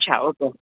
अच्छा ओके